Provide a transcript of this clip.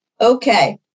Okay